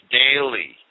daily